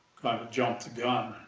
jumped the gun.